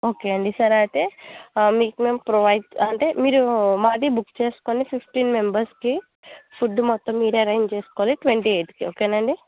okay అండి సరే అయితే మీకు మేము ప్రొవైడ్ అంటే మీరు మాది బుక్ చేసుకోండి ఫిఫ్టీన్ మెంబర్స్కి ఫుడ్ మొత్తం మీరు అరేంజ్ చేసుకోవాలి ట్వంటీ ఎయిత్కి ఓకేనా అండి